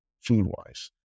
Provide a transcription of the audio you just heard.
food-wise